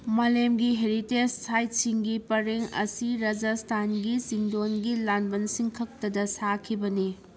ꯃꯥꯂꯦꯝꯒꯤ ꯍꯦꯔꯤꯇꯦꯁ ꯁꯥꯏꯠꯁꯤꯡꯒꯤ ꯄꯔꯦꯡ ꯑꯁꯤ ꯔꯥꯖꯁꯊꯥꯟꯒꯤ ꯆꯤꯡꯗꯣꯟꯒꯤ ꯂꯥꯟꯕꯟꯁꯤꯡꯈꯛꯇꯗ ꯁꯥꯈꯤꯕꯅꯤ